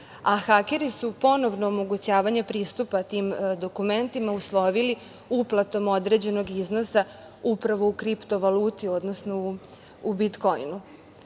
a hakeri su ponovno omogućavanje pristupa tim dokumentima uslovili uplatom određenog iznosa upravo u kripto valuti, odnosno u bitkoinu.